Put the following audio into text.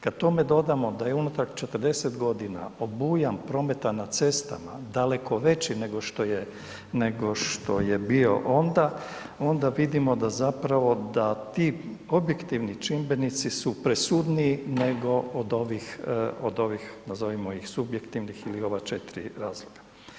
Kad tome dodamo da je unutar 40 godina obujam prometa na cestama daleko veći nego što je bio onda onda vidimo da zapravo da ti objektivni čimbenici su presudniji nego od ovih nazovimo ih subjektivnih ili ova 4 razloga.